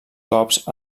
cops